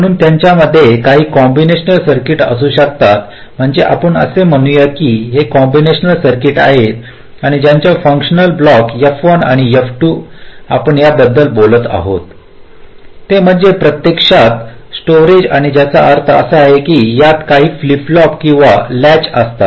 म्हणून त्यांच्या मध्ये काही कॉम्बिनेशनल सर्किट असू शकतात म्हणजे आपण असे म्हणूया की हे कॉम्बिनेशनल सर्किट आहेत आणि ज्या फंक्शनल ब्लॉक F1 आणि F2 आपण याबद्दल बोलत आहोत ते म्हणजे प्रत्यक्षात स्टोरेज ज्याचा अर्थ असा आहे की यात काही फ्लिप फ्लॉप किंवा लॅच असतात